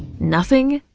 nothing?